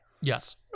Yes